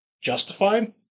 justified